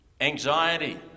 anxiety